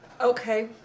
okay